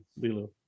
Lilo